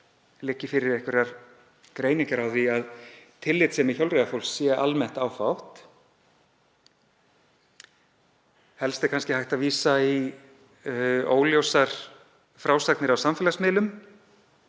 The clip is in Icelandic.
liggi einhverjar greiningar á því að tillitssemi hjólreiðafólks sé almennt áfátt. Helst er hægt að vísa í óljósar frásagnir á samfélagsmiðlum